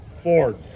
Ford